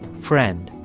friend.